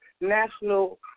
National